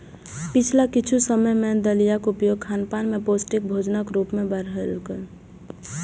पिछला किछु समय सं दलियाक उपयोग खानपान मे पौष्टिक भोजनक रूप मे बढ़लैए